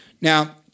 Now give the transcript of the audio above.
now